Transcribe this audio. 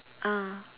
ah